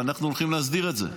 ואנחנו הולכים להסדיר את זה.